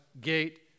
gate